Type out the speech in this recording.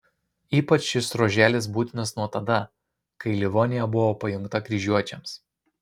ypač šis ruoželis būtinas nuo tada kai livonija buvo pajungta kryžiuočiams